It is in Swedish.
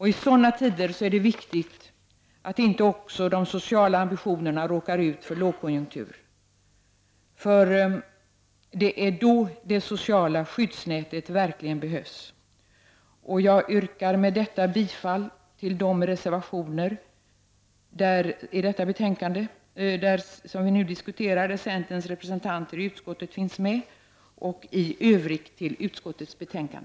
I sådana tider är det viktigt att inte också de sociala ambitionerna råkar ut för lågkonjunktur, för det är då som det sociala skyddsnätet verkligen behövs. Jag yrkar med detta bifall till de reservationer vid det betänkande som vi nu diskuterar där centerns representanter i utskottet finns med och i övrigt till utskottets hemställan.